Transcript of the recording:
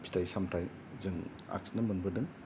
फिथाइ सामथाइजों आखिनो मोनबोदों